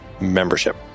membership